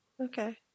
Okay